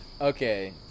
Okay